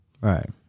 Right